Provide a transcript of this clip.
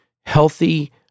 healthy